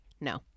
no